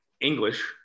English